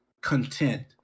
content